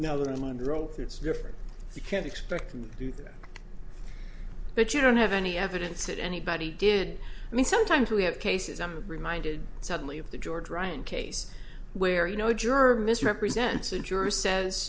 now that i'm under oath it's different you can't expect me to do that but you don't have any evidence that anybody did i mean sometimes we have cases i'm reminded suddenly of the george ryan case where you know a juror misrepresents a juror says